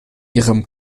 ihrem